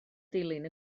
dilyn